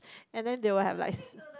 and then they will have like s~